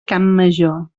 campmajor